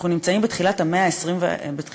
אנחנו נמצאים בתחילת המאה ה-21.